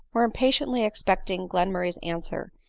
were impatiently ex pecting glenmurray's answer,